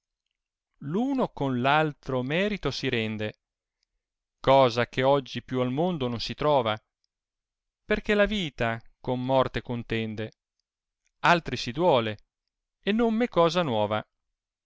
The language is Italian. uno con altro merito si rende cosa eh oggi più al mondo non si trnva perchè la vita con morte contende altri si duole e non m è cosa nuova